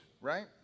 right